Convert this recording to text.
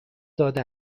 داده